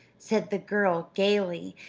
said the girl gayly,